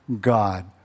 God